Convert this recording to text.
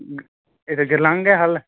एह्दे गरलांगे खल्ल